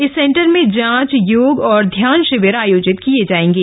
इस सेंटर में जांच योग और ध्यान शिविर आयोजित किये जायेंगे